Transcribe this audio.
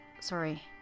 sorry